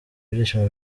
ibyishimo